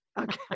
Okay